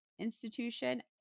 institution